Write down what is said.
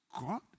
God